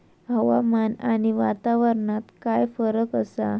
हवामान आणि वातावरणात काय फरक असा?